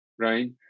right